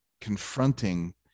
confronting